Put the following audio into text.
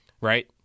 Right